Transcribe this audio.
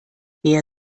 wer